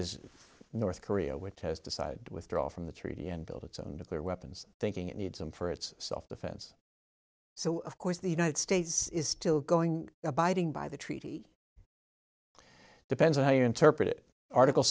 is north korea which has decided withdraw from the treaty and build its own nuclear weapons thinking it needs them for its self defense so of course the united states is still going abiding by the treaty depends on how you interpret it article